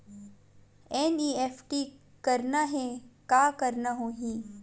NEFT करना हे का करना होही?